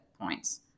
points